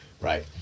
right